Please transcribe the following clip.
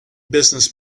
business